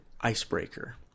Icebreaker